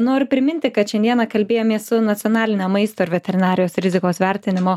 noriu priminti kad šiandieną kalbėjomės su nacionalinio maisto ir veterinarijos rizikos vertinimo